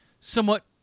somewhat